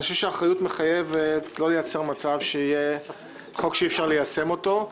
חושב שהאחריות מחייבת לא לייצר מצב שיהיה חוק שאי-אפשר ליישם אותו.